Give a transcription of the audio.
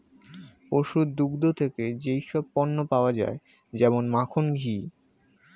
পশুর দুগ্ধ থেকে যেই সব পণ্য পাওয়া যায় যেমন মাখন, ঘি